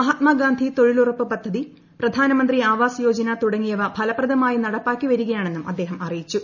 മഹാത്മാഗാന്ധി തൊഴിലുറപ്പ് പദ്ധതി പ്രധാനമന്ത്രി ആവാസ് യോജന തുടങ്ങിയവ ഫലപ്രദമായി നടപ്പാക്കി വരികയാണെന്നും അദ്ദേഹം അറിയിച്ചു